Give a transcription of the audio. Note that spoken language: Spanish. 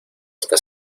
está